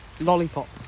Lollipop